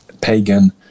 pagan